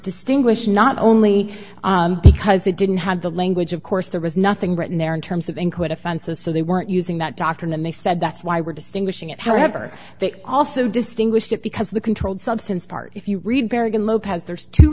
distinguished not only because they didn't have the language of course there was nothing written there in terms of in quite offenses so they weren't using that doctrine and they said that's why we're distinguishing it however they also distinguished it because the controlled substance part if you read